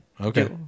Okay